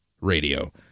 radio